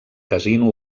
casino